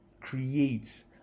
creates